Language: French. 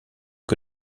que